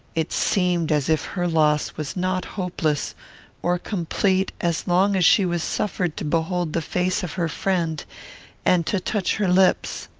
it seemed as if her loss was not hopeless or complete as long as she was suffered to behold the face of her friend and to touch her lips.